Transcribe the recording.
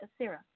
Asira